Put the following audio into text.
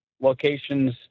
locations